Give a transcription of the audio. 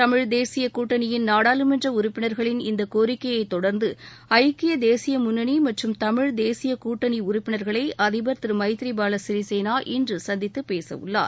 தமிழ் தேசிய கூட்டணியின் நாடாளுமன்ற உறுப்பினர்களின் இந்த கோரிக்கையை தொடர்ந்து ஐக்கிய தேசிய முன்னணி மற்றும் தமிழ் தேசிய கூட்டணி உறுப்பினர்களை அதிபர் எமத்ரி பால சிறிசேனா இன்று சந்தித்துப்பேசவுள்ளார்